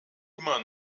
immer